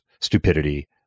stupidity